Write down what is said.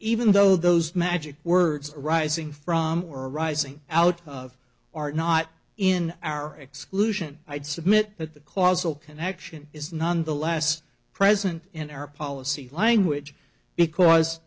even though those magic words arising from or arising out of are not in our exclusion i'd submit that the causal connection is nonetheless present in our policy language